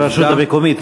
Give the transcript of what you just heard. ברשות המקומית,